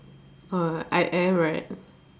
uh I am right